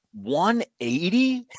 180